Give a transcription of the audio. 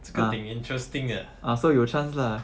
这个挺 interesting ah